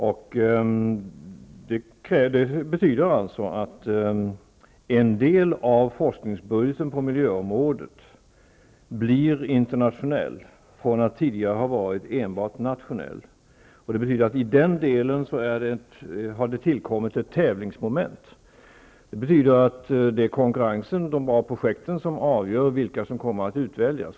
Det betyder alltså att en del av forskningsbudgeten på miljöområdet blir internationell från att tidigare enbart ha varit nationell. Det betyder att det har tillkommit ett tävlingsmoment i den delen. Det betyder att det är konkurrensen och de bra projekten som avgör vilka som kommer att utväljas.